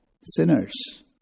sinners